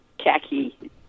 khaki